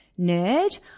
nerd